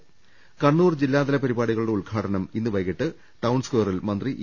് കണ്ണൂർ ജില്ലാതല പരിപാടികളുടെ ഉദ്ഘാടനം ഇന്ന് വൈകീട്ട് ടൌൺ സ്കയറിൽ മന്ത്രി ഇ